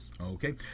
Okay